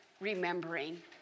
remembering